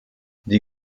die